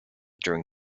during